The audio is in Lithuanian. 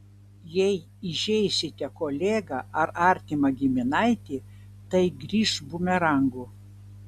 jei įžeisite kolegą ar artimą giminaitį tai grįš bumerangu